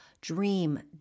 dream